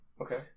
Okay